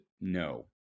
no